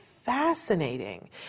fascinating